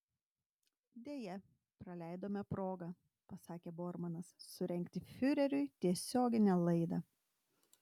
deja praleidome progą pasakė bormanas surengti fiureriui tiesioginę laidą